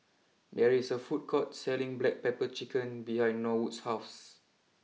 there is a food court selling Black Pepper Chicken behind Norwood's house